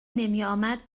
نمیآمد